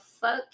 fuck